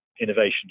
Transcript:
innovation